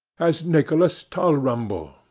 as nicholas tulrumble,